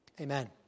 Amen